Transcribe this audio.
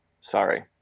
sorry